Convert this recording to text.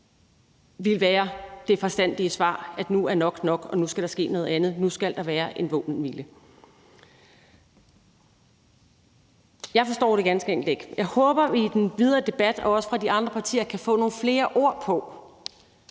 give det forstandige svar, at nu er nok nok; nu skal der ske noget andet; nu skal der være en våbenhvile. Jeg forstår det ganske enkelt ikke. Jeg håber, at vi i den videre debat og også fra de andre partier kan få nogle flere ord på,